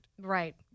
right